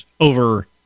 Over